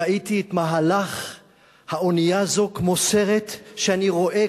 ראיתי את מהלך האונייה הזו כמו סרט שאני רואה,